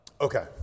Okay